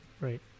Right